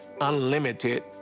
unlimited